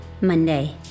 Monday